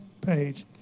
page